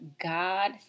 God